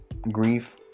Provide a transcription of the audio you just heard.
grief